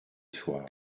soir